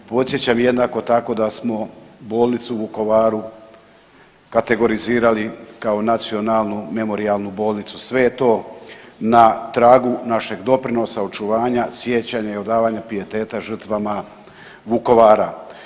Podsjećam jednako tako da smo bolnicu u Vukovaru kategorizirali kao Nacionalnu memorijalnu bolnicu, sve je to na tragu našeg doprinosa očuvanja, sjećanja i odavanja pijeteta žrtvama Vukovara.